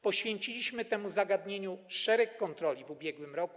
Poświęciliśmy temu zagadnieniu szereg kontroli w ubiegłym roku.